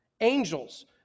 angels